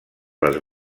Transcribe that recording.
les